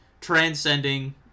transcending